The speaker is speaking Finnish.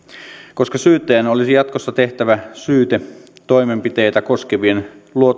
koska syyttäjän olisi jatkossa tehtävä syytetoimenpiteitä koskevien